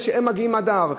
עם אלה שמגיעים עד ההר.